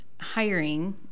hiring